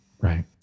Right